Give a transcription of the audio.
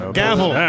gavel